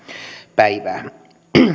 päivää